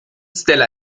stella